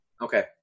Okay